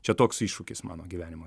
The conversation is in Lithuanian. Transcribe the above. čia toks iššūkis mano gyvenimo